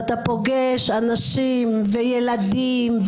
ואתה פוגש אנשים וילדים,